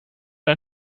ein